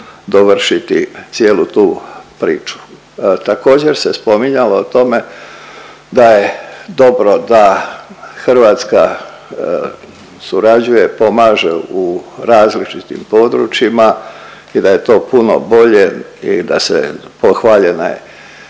dovršiti cijelu tu priču. Također se spominjalo o tome da je dobro da Hrvatska surađuje i pomaže u različitim područjima i da je to puno bolje i da se, pohvaljena je